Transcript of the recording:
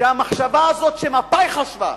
שהמחשבה הזאת שמפא"י חשבה,